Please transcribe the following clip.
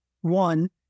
One